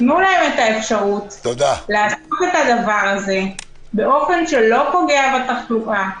תנו להם אפשרות לעשות את זה באופן שלא פוגע בתחלואה,